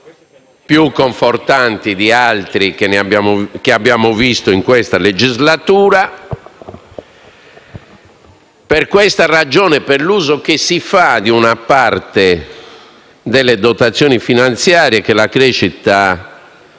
più confortanti di altri che abbiamo visto in questa legislatura. Per questa ragione, per l'uso che si fa di una parte delle dotazioni finanziarie che la crescita